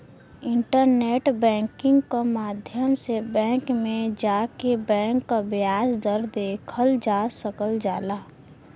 internet banking क माध्यम से बैंक में जाके बैंक क ब्याज दर देखल जा सकल जाला